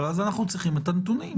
אבל אז אנחנו צריכים את הנתונים.